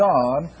God